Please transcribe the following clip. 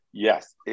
Yes